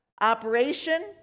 operation